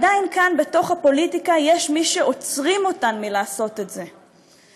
עדיין כאן בתוך הפוליטיקה יש מי שעוצרים אותן מלעשות את זה,